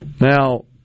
Now